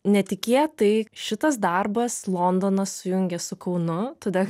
netikėtai šitas darbas londoną sujungė su kaunu tada